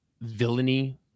villainy